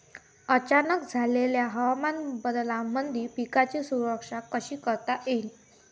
अचानक झालेल्या हवामान बदलामंदी पिकाची सुरक्षा कशी करता येईन?